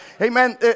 Amen